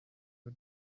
the